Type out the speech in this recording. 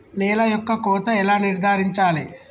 నేల యొక్క కోత ఎలా నిర్ధారించాలి?